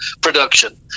production